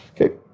Okay